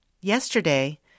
Yesterday